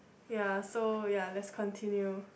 ya so ya let's continue